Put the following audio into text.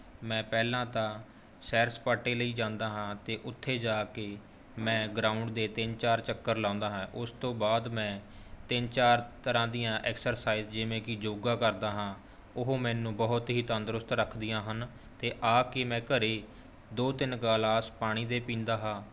ਮੈਂ ਪਹਿਲਾਂ ਤਾਂ ਸੈਰ ਸਪਾਟੇ ਲਈ ਜਾਂਦਾ ਹਾਂ ਅਤੇ ਉੱਥੇ ਜਾ ਕੇ ਮੈਂ ਗਰਾਂਊ਼ਡ ਦੇ ਤਿੰਨ ਚਾਰ ਚੱਕਰ ਲਗਾਉਂਦਾ ਹਾਂ ਉਸ ਤੋਂ ਬਾਅਦ ਮੈਂ ਤਿੰਨ ਚਾਰ ਤਰ੍ਹਾਂ ਦੀਆਂ ਐਕਸਰਸਾਇਜ਼ ਜਿਵੇਂ ਕਿ ਯੋਗਾ ਕਰਦਾ ਹਾਂ ਉਹ ਮੈਨੂੰ ਬਹੁਤ ਹੀ ਤੰਦਰੁਸਤ ਰੱਖਦੀਆਂ ਹਨ ਅਤੇ ਆ ਕੇ ਮੈਂ ਘਰ ਦੋ ਤਿੰਨ ਗਲਾਸ ਪਾਣੀ ਦੇ ਪੀਂਦਾ ਹਾਂ